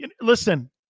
Listen